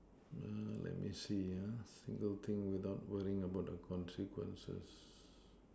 let me see ya single thing without worrying about the consequences